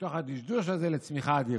מתוך הדשדוש הזה לצמיחה אדירה,